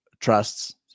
trusts